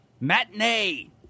matinee